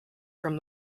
from